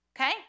Okay